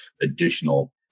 additional